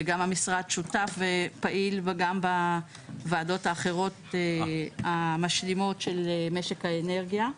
וגם המשרד שותף ופעיל גם בוועדות האחרות המשלימות של משק האנרגיה,